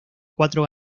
cuatro